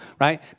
right